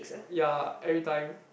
ya every time